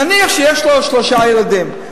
נניח שיש לו שלושה ילדים,